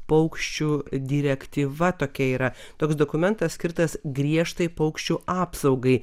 paukščių direktyva tokia yra toks dokumentas skirtas griežtai paukščių apsaugai